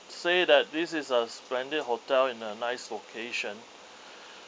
say that this is a splendid hotel in a nice location